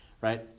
right